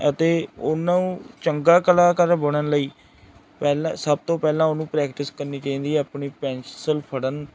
ਅਤੇ ਉਹਨਾਂ ਨੂੰ ਚੰਗਾ ਕਲਾਕਾਰ ਬਣਨ ਲਈ ਪਹਿਲਾਂ ਸਭ ਤੋਂ ਪਹਿਲਾਂ ਉਹਨੂੰ ਪ੍ਰੈਕਟਿਸ ਕਰਨੀ ਚਾਹੀਦੀ ਹੈ ਆਪਣੀ ਪੈਨਸਲ ਫੜਨ